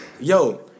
Yo